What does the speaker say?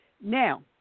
Now